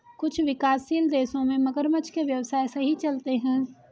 कुछ विकासशील देशों में मगरमच्छ के व्यवसाय सही चलते हैं